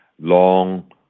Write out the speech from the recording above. long